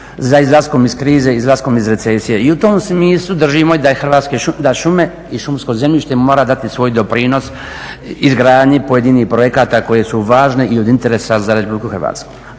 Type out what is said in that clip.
za izlaskom iz krize, izlaskom iz recesije. I u tom smislu držimo i da hrvatske šume i šumsko zemljište mora dati svoj doprinos izgradnji pojedinih projekata koji su važni i od interesa za RH.